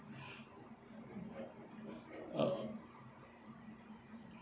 uh